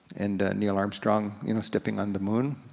and neil armstrong you know stepping on the moon.